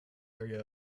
area